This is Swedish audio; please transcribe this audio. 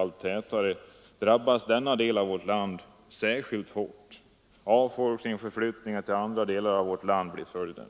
allt tätare, drabbas denna del av vårt land särskilt hårt. Avfolkning och förflyttningar till andra delar av landet blir följden.